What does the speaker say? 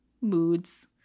moods